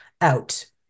out